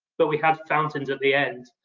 but we had fountains at the end.